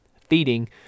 feeding